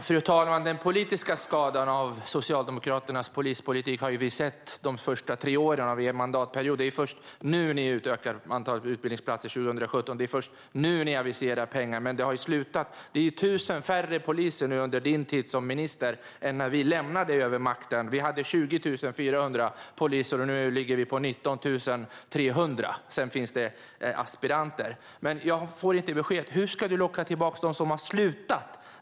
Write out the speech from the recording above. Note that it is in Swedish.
Fru talman! Den politiska skadan av Socialdemokraternas polispolitik har vi sett under era tre första år av denna mandatperiod. Det är först nu - 2017 - som ni utökar antalet utbildningsplatser. Det är först nu som ni aviserar pengar. Men det är 1 000 färre poliser nu under din tid som minister än det var när vi lämnade över makten. Vi hade 20 400 poliser, nu är det 19 300. Sedan finns det aspiranter. Jag får inget besked på frågan: Hur ska du locka tillbaka de poliser som har slutat?